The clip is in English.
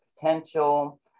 potential